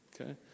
Okay